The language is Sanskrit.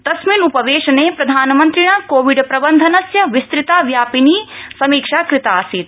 तस्मिन् उपवेशने प्रधानमन्त्रिणा कोविड प्रबन्धनस्य विस्तृता व्यापिनी समीक्षा कृतासीत्